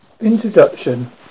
introduction